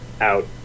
out